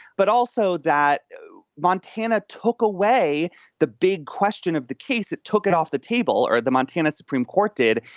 but also that montana took away the big question of the case. it took it off the table or the montana supreme court did.